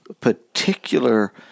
particular